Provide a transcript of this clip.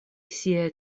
siaj